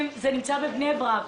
בבני ברק.